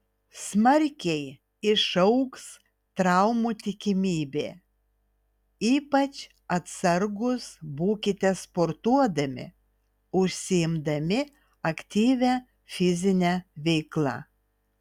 smarkiai išaugs traumų tikimybė ypač atsargūs būkite sportuodami užsiimdami aktyvia fizine veikla